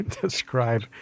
describe